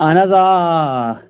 اہن حظ آ آ آ